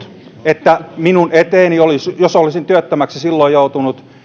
että minun eteeni jos olisin työttömäksi silloin joutunut